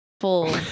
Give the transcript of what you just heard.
full